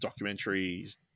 documentaries